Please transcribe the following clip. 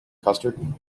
custard